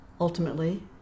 Ultimately